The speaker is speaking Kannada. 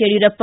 ಯಡಿಯೂರಪ್ಪ